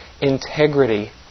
integrity